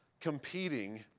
competing